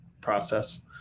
process